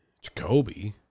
jacoby